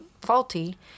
faulty